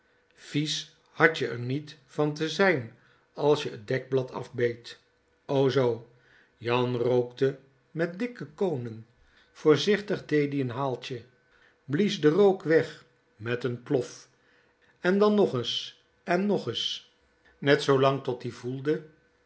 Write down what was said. vies had je r niet van te zijn as je t dekblad afbeet o zoo jan rookte met dikke koonen voorzichtig dee ie n haaltje blies den rook weg met n plf en dan nog is en nog is net zoolang tot-ie voelde